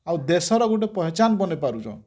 ଆଉ ଦେଶର ଗୁଟେ ପହଚାନ୍ ବନେଇ ପାରୁଛନ୍